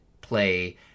play